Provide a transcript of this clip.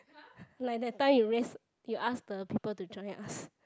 like that time you just you ask the people to join us